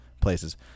places